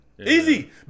Easy